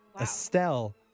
Estelle